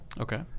Okay